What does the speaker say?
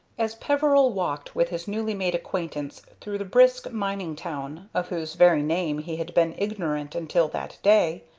as peveril walked with his newly made acquaintance through the brisk mining-town, of whose very name he had been ignorant until that day,